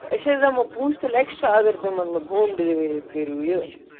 أسۍ حظ دِمو پونٛسہٕ تیٚلہِ اٮ۪کٕسٹرٛا اگر تُہۍ مطلب ہوم ڈِلِؤری کٔرِو یہِ